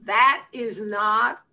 that is not